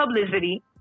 publicity